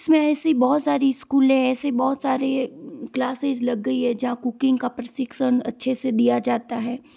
इसमें ऐसी बहुत सारी स्कूलें है ऐसी बहुत सारे क्लासिज़ लग गई हैं जहाँ कुकिंग का प्रशिक्षण अच्छे से दिया जाता है